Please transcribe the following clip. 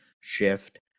shift